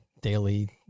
daily